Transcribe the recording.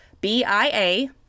B-I-A